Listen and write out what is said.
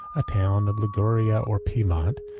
a town of liguria or piemont,